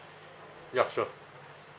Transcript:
ya sure